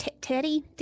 Teddy